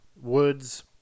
Woods